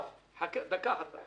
דקה אחת,